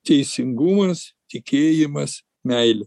teisingumas tikėjimas meilė